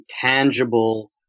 tangible